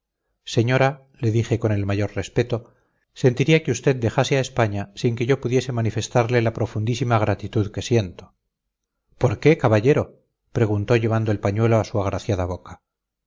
señora le dije con el mayor respeto sentiría que usted dejase a españa sin que yo pudiese manifestarle la profundísima gratitud que siento por qué caballero preguntó llevando el pañuelo a su agraciada boca